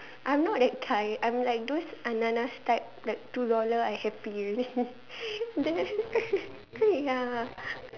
I'm not that kind I'm like those Ananas type like two dollar I happy already ya